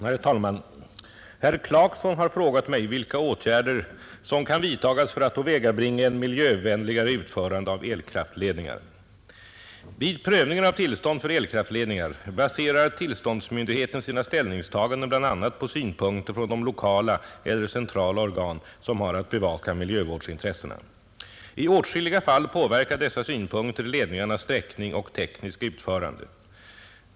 Herr talman! Herr Clarkson har frågat mig vilka åtgärder som kan vidtagas för att åvägabringa ett miljövänligare utförande av elkraftledningar. Vid prövningen av tillstånd för elkraftledningar baserar tillståndsmyndigheten sina ställningstaganden bl.a. på synpunkter från de lokala eller centrala organ som har att bevaka miljövårdsintressena. I åtskilliga fall påverkar dessa synpunkter ledningarnas sträckning och tekniska utförande.